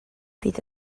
bydd